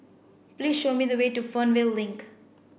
please show me the way to Fernvale Link